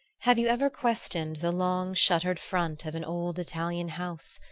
have you ever questioned the long shuttered front of an old italian house,